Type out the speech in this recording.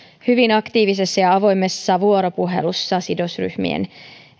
hyvin aktiivisessa ja avoimessa vuoropuhelussa sidosryhmien